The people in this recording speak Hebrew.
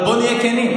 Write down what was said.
אבל בוא נהיה כנים,